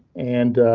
and